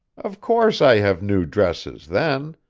of course i have new dresses, then.